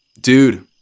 Dude